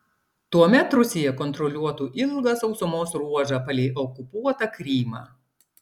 tuomet rusija kontroliuotų ilgą sausumos ruožą palei okupuotą krymą